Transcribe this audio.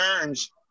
turns